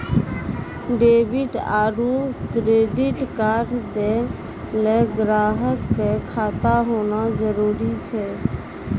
debit आरू credit card दैय ल ग्राहक क खाता होना जरूरी छै